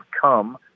come